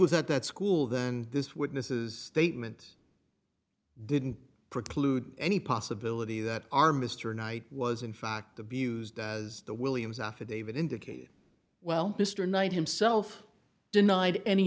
was at that school then this witness's statement didn't preclude any possibility that our mr knight was in fact abused as the williams affidavit indicated well mr knight himself denied any